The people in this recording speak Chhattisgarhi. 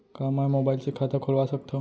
का मैं मोबाइल से खाता खोलवा सकथव?